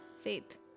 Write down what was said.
faith